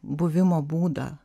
buvimo būdą